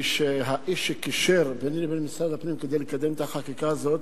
האיש שקישר ביני לבין משרד הפנים כדי לקדם את החקיקה הזאת,